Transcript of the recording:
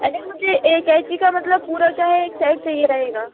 अरे मुझे एक कैंची का मतलब पूरा क्या है एक सेट चाहिए रहेगा